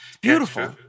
beautiful